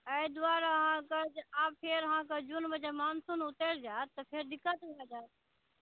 एहि दुआरे अहाँके आब फेर अहाँके जुनमे जे मॉनसून उतरि जायत तऽ फेर दिक्कत भय जायत